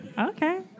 Okay